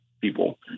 people